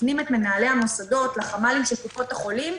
מפנים את מנהלי המוסדות לחמ"לים של קופות החולים,